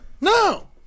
No